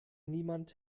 niemand